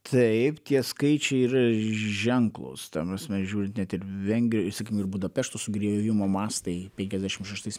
taip tie skaičiai yra ženklūs ta prasme žiūrint net ir vengrija ir sakim ir budapešto sugriovimo mastai penkiadešim šeštais